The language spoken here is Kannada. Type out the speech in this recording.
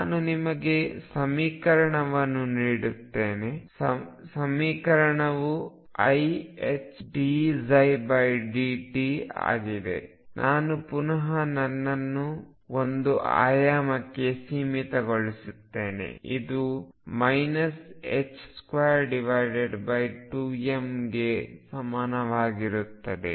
ನಾನು ನಿಮಗೆ ಸಮೀಕರಣವನ್ನು ನೀಡುತ್ತೇನೆ ಸಮೀಕರಣವು iℏdψdt ಆಗಿದೆ ನಾನು ಪುನಹ ನನ್ನನ್ನು ಒಂದು ಆಯಾಮಕ್ಕೆ ಸೀಮಿತಗೊಳಿಸುತ್ತಿದ್ದೇನೆ ಇದು 22m ಗೆ ಸಮನಾಗಿರುತ್ತದೆ